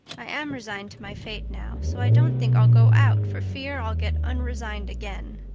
i am resigned to my fate now, so i don't think i'll go out for fear i'll get unresigned again.